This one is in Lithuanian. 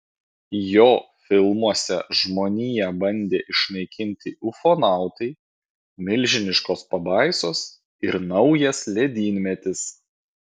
jo filmuose žmoniją bandė išnaikinti ufonautai milžiniškos pabaisos ir naujas ledynmetis